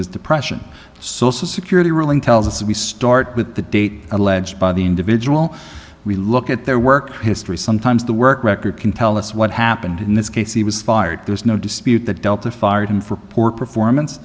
his depression social security ruling tells us that we start with the date alleged by the individual we look at their work history sometimes the work record can tell us what happened in this case he was fired there's no dispute that delta fired him for poor performance